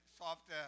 soft